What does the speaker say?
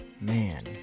man